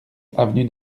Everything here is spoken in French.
avenue